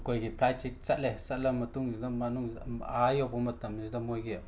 ꯑꯩꯈꯣꯏꯒꯤ ꯐ꯭ꯂꯥꯏꯠꯁꯤ ꯆꯠꯂꯦ ꯆꯠꯂ ꯃꯇꯨꯡꯁꯤꯗ ꯃꯅꯨꯡꯁꯤꯗ ꯑꯥ ꯌꯧꯕ ꯃꯇꯝꯁꯤꯗ ꯃꯣꯏꯒꯤ